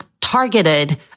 targeted